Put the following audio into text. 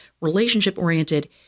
relationship-oriented